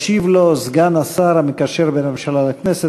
ישיב לו סגן השר המקשר בין הממשלה לכנסת,